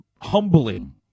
humbling